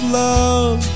love